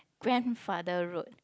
grandfather road